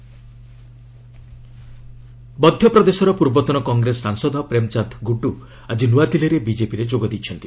BJP Congress ମଧ୍ୟପ୍ରଦେଶର ପୂର୍ବତନ Congress ସାଂସଦ ପ୍ରେମ୍ଚାନ୍ଦ ଗୁଡ଼ୁ ଆଜି ନୂଆଦିଲ୍ଲୀରେ ବିଜେପିରେ ଯୋଗ ଦେଇଛନ୍ତି